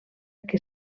que